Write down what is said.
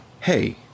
Hey